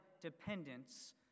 dependence